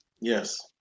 yes